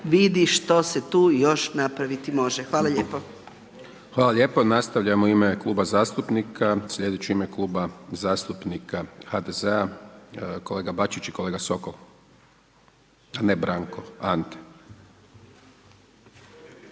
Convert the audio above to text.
vidi što se tu još napraviti može. Hvala lijepo. **Hajdaš Dončić, Siniša (SDP)** Hvala lijepo. Nastavljamo u ime kluba zastupnika. Sljedeći u ime Kluba zastupnika HDZ-a kolega Bačić i kolega Sokol, a ne Branko, Ante.